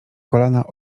kolana